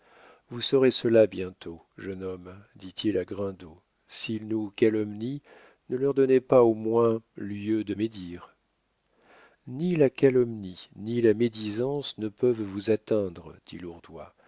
vous saurez cela bientôt jeune homme dit-il à grindot s'ils nous calomnient ne leur donnez pas au moins lieu de médire ni la calomnie ni la médisance ne peuvent vous atteindre dit